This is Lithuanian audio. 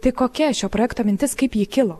tai kokia šio projekto mintis kaip ji kilo